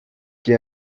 que